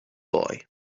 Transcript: boy